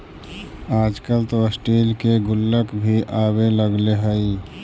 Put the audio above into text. आजकल तो स्टील के गुल्लक भी आवे लगले हइ